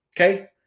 Okay